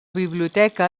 biblioteca